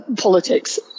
politics